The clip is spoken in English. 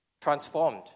transformed